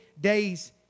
days